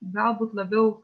galbūt labiau